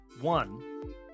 one